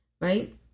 right